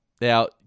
now